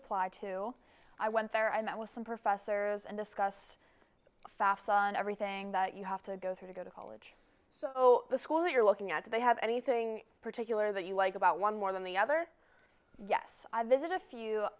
apply to i went there i met with some professors and discuss fafsa and everything that you have to go through to go to college so the school you're looking at they have anything particular that you like about one more than the other yes i visit a few